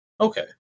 Okay